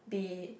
be